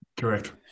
Correct